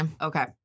okay